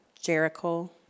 Jericho